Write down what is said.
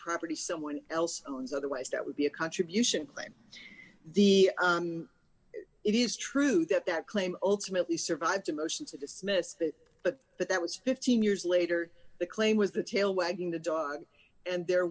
property someone else owns otherwise that would be a contribution claim the it is true that that claim ultimately survived a motion to dismiss that but but that was fifteen years later the claim was the tail wagging the dog and there